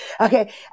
Okay